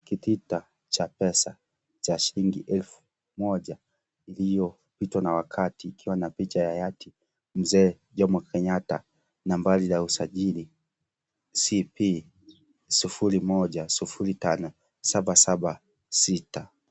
Kitita cha pesa cha shilingi elfu moja iliyopitwa na wakati ikiwa na picha ya hayati mzee Jomo Kenyatta nambari la usajili C P sufuri moja sufuri tano saba saba sita.